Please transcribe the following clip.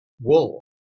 wool